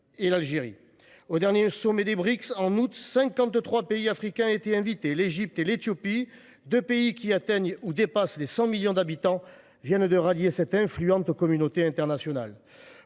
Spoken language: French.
Au dernier sommet des Brics, en août dernier, 53 États africains étaient invités. L’Égypte et l’Éthiopie, deux pays qui atteignent ou dépassent les 100 millions d’habitants, viennent de rallier cette influente communauté internationale.